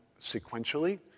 sequentially